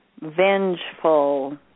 vengeful